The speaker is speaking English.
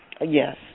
Yes